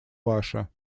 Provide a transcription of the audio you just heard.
ваше